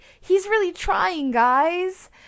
he's-really-trying-guys